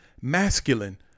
Masculine